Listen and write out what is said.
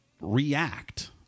react